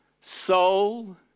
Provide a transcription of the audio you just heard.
soul